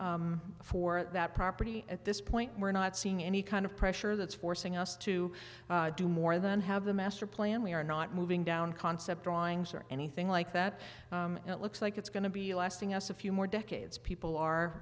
plan for that property at this point we're not seeing any kind of pressure that's forcing us to do more than have the master plan we are not moving down concept drawings or anything like that and it looks like it's going to be lasting us a few more decades people are